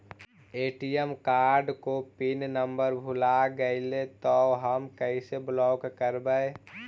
ATM card को pin number भुला गैले तौ हम कैसे ब्लॉक करवै?